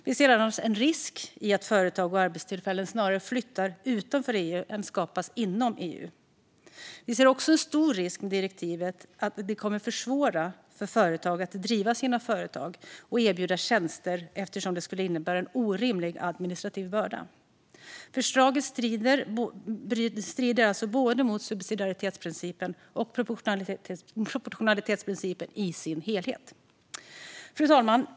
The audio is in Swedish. Vi ser annars en risk för att företag och arbetstillfällen snarare flyttar utanför EU än skapas inom EU. Vi ser också stor risk att direktivet kommer att försvåra för företag att driva sina företag och erbjuda tjänster eftersom det här skulle innebära en orimlig administrativ börda. Förslaget strider i sin helhet alltså mot både subsidiaritetsprincipen och proportionalitetsprincipen. Fru talman!